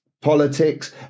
politics